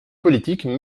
politique